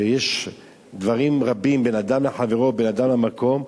יש דברים רבים בין אדם לחברו, בין אדם למקום,